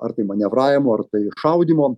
ar tai manevravimo ar tai šaudymo